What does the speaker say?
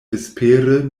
vespere